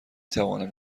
توانم